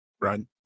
Right